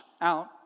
out